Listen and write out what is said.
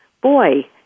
boy